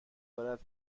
دارد